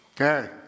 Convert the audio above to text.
okay